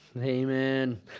Amen